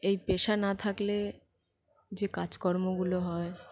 এই পেশা না থাকলে যে কাজকর্মগুলো হয়